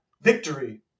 victory